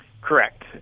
Correct